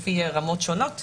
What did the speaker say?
לפי רמות שונות,